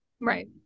right